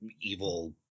evil